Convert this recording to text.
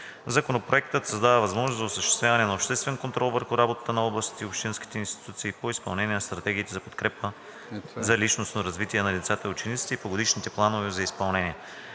Законопроектът създава възможност за осъществяване на обществен контрол върху работата на областните и общинските институции по изпълнение на стратегиите за подкрепа за личностно развитие на децата и учениците и по годишните планове за изпълнение.